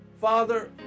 Father